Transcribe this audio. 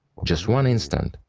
just one instant.